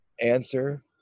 answer